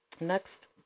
Next